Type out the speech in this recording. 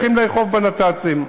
צריך לאכוף בנת"צים.